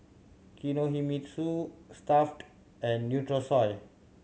Kinohimitsu Stuff'd and Nutrisoy